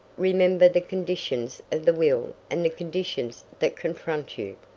remember the conditions of the will and the conditions that confront you.